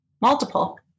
multiple